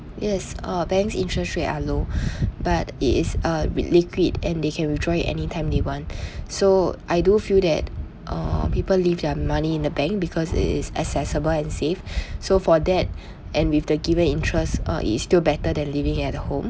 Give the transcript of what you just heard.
yes uh banks' interest rate are low but it is uh liquid and they can withdraw it anytime they want so I do feel that uh people leave their money in the bank because it is accessible and safe so for that and with the given interest uh it is still better than leaving it at home